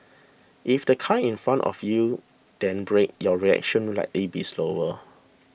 if the car in front of you then brakes your reaction like A B slower